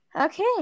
Okay